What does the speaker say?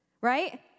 right